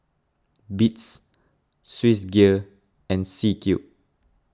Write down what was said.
Beats Swissgear and C Cube